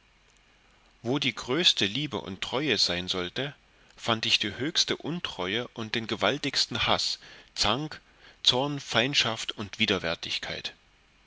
wo die größte liebe und treue sein sollte fand ich die höchste untreue und den gewaltigsten haß zank zorn feindschaft und